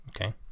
Okay